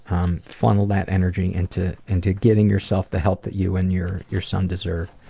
um, funnel that energy into, into giving yourself the help that you and your, your son deserve.